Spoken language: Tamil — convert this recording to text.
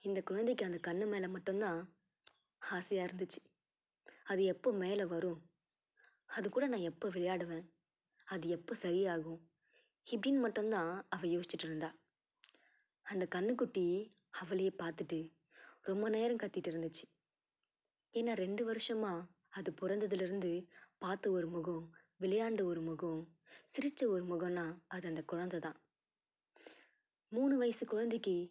இந்த குழந்தைக்கு அந்த கன்று மேலே மட்டும் தான் ஆசையாக இருந்துச்சு அது எப்போது மேலே வரும் அதுக்கூட நான் எப்போ விளையாடுவேன் அது எப்போ சரியாகும் இப்படின் மட்டுந்தான் அவள் யோசிச்சிகிட்டு இருந்தால் அந்த கன்றுக்குட்டி அவளே பார்த்துட்டு ரொம்ப நேரம் கத்திகிட்டு இருந்துச்சு ஏன்னா ரெண்டு வருஷமாக அது பிறந்ததுலேருந்து பார்த்த ஒரு முகம் விளையாண்ட ஒரு முகம் சிரித்த ஒரு முகம்னால் அது அந்த குழந்தை தான் மூணு வயது குழந்தைக்கு